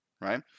right